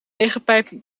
regenpijp